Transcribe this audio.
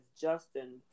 Justin